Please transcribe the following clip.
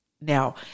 Now